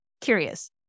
Curious